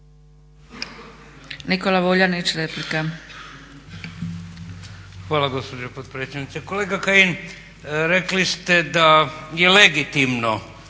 Nikola (Nezavisni)** Hvala gospođo potpredsjednice. Kolega Kajin, rekli ste da je legitimno